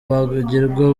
bagirwa